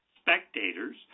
spectators